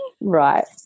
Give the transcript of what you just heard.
Right